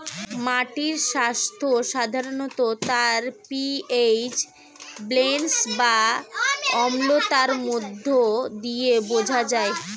মাটির স্বাস্থ্য সাধারণত তার পি.এইচ ব্যালেন্স বা অম্লতার মধ্য দিয়ে বোঝা যায়